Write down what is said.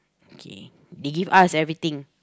okay they give us everything